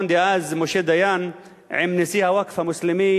דאז משה דיין עם נשיא הווקף המוסלמי,